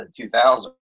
2000